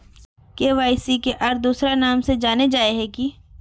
KYC के आर दोसरा नाम से जानले जाहा है की?